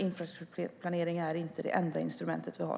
Infrastrukturplanering är inte, tack och lov, det enda instrument vi har.